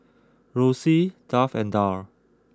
Rossie Duff and Darl